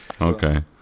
Okay